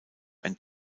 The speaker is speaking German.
ein